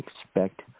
expect